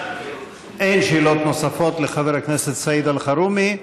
אין שאלות נוספות לחבר הכנסת סעיד אלחרומי.